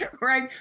Right